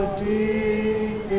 deep